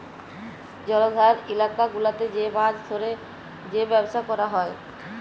জলাধার ইলাকা গুলাতে যে মাছ ধ্যরে যে ব্যবসা ক্যরা হ্যয়